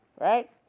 Right